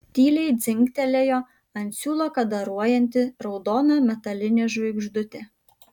tyliai dzingtelėjo ant siūlo kadaruojanti raudona metalinė žvaigždutė